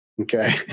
Okay